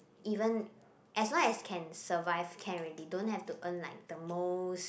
even as long as can survive can already don't have to earn like the most